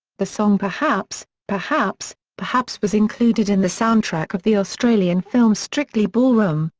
the song perhaps, perhaps, perhaps was included in the soundtrack of the australian film strictly ballroom,